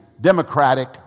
Democratic